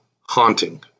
haunting